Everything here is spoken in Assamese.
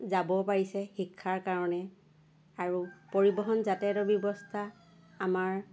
যাবও পাৰিছে শিক্ষাৰ কাৰণে আৰু পৰিবহন যাতায়তৰ ব্যৱস্থা আমাৰ